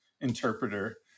interpreter